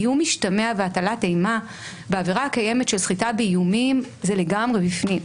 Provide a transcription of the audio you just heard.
איום משתמע והטלת אימה בעבירה הקיימת של סחיטה באיומים זה לגמרי בפנים.